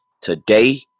today